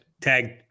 tag